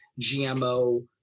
GMO